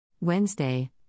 wednesday